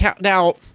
now